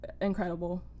incredible